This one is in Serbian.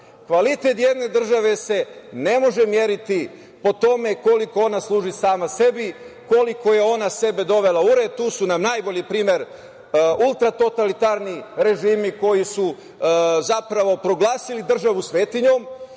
narod. Kvalitet jedne države se ne može meriti po tome koliko ona služi sama sebi, koliko je ona sebe dovela u red. Tu su nam najbolji primer ultratotalitarni režimi koji su zapravo proglasili državu svetinjom